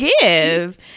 give